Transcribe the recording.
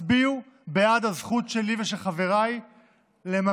הצביעו בעד הזכות שלי ושל חבריי לממש